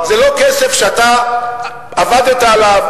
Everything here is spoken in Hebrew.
זה לא כסף שאתה עבדת עליו.